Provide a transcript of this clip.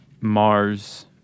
Mars